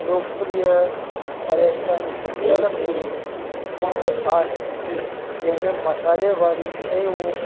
लोकप्रिय पर्यटन स्थल में हिकु आहे जंहिं में मसाल्हे वारियूं शयूं